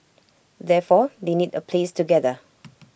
therefore they need A place to gather